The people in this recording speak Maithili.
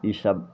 ई सब